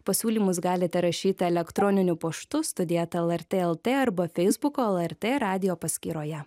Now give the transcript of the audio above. pasiūlymus galite rašyti elektroniniu paštu studija eta lrt lt arba feisbuko lrt radijo paskyroje